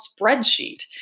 spreadsheet